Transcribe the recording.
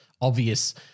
obvious